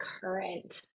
current